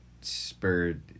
spurred